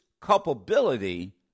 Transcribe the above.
culpability